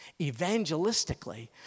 Evangelistically